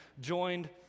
joined